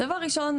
דבר ראשון,